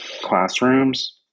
classrooms